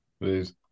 Please